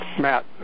Matt